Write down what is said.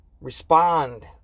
respond